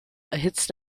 erhitzt